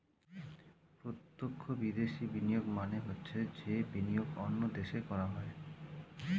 প্রত্যক্ষ বিদেশি বিনিয়োগ মানে হচ্ছে যে বিনিয়োগ অন্য দেশে করা হয়